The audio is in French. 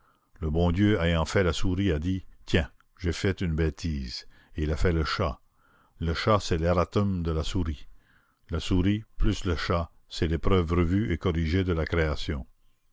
le bon dieu ayant fait la souris a dit tiens j'ai fait une bêtise et il a fait le chat le chat c'est l'erratum de la souris la souris plus le chat c'est l'épreuve revue et corrigée de la création